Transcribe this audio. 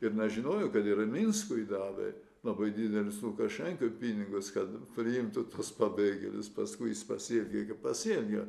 ir nežinojau kad ir minskui davė labai didelius lukašenkai pinigus kad priimtų tuos pabėgėlius paskui jis pasielgė kaip pasielgė